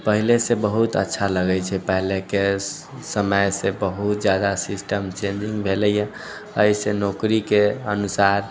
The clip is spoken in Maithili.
पहिलेसँ बहुत अच्छा लगै छै पहिलेके समयसँ बहुत ज्यादा सिस्टम चेन्जिङ्ग भेलैए एहिसँ नौकरीके अनुसार